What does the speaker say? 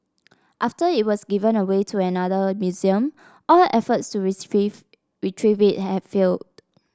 after it was given away to another museum all efforts to retrieve it had failed